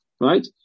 right